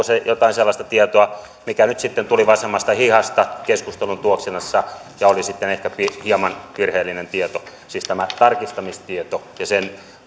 se jotain sellaista tietoa mikä nyt sitten tuli vasemmasta hihasta keskustelun tuoksinassa ja oli sitten ehkä hieman virheellinen tieto siis tämä tarkistamistieto ja sen